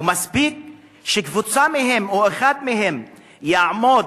ומספיק שקבוצה מהם או אחד מהם יעמוד